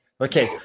Okay